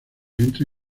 entra